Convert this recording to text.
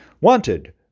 Wanted